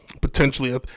potentially